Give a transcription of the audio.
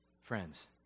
friends